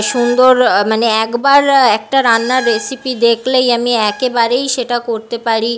সুন্দর মানে একবার একটা রান্নার রেসিপি দেখলেই আমি একেবারেই সেটা করতে পারি